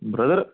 brother